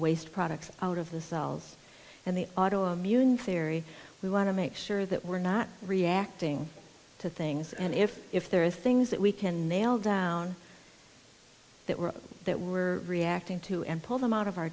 waste products out of the cells and the auto immune theory we want to make sure that we're not reacting to things and if if there are things that we can nail down that we're that we're reacting to and pull them out of our